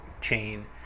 chain